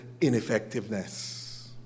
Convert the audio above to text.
ineffectiveness